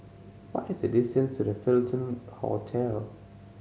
what is the distance to The Fullerton Hotel